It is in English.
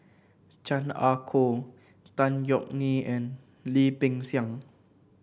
Chan Ah Kow Tan Yeok Nee and Lim Peng Siang